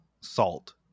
Salt